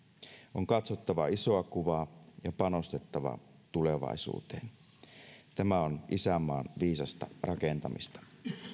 on katsottava isoa kuvaa ja panostettava tulevaisuuteen tämä on isänmaan viisasta rakentamista